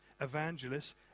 evangelists